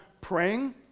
praying